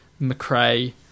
McRae